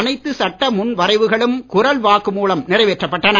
அனைத்து சட்ட முன் வரைவுகளும் குரல் வாக்கு மூலம் நிறைவேற்றப்பட்டன